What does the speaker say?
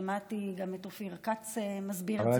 שמעתי גם את אופיר כץ מסביר את זה.